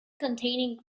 containing